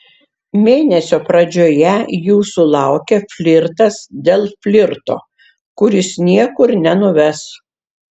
mėnesio pradžioje jūsų laukia flirtas dėl flirto kuris niekur nenuves